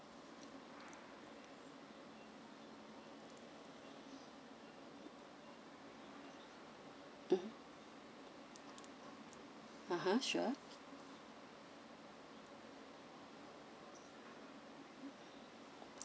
mmhmm sure